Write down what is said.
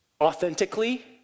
authentically